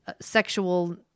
sexual